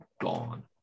gone